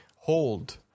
hold